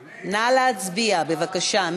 בבקשה.